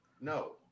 No